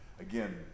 again